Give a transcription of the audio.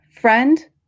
Friend